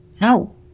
no